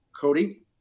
Cody